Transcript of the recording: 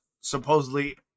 supposedly